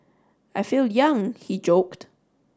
I feel young he joked